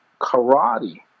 karate